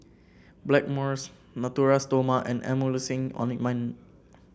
Blackmores Natura Stoma and Emulsying Ointment